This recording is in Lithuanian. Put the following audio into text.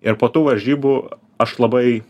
ir po tų varžybų aš labai